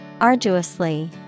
Arduously